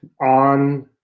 on